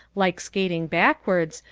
like skating backwards,